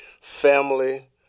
family